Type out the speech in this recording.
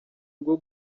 rwo